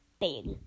big